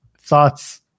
Thoughts